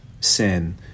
sin